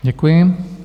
Děkuji.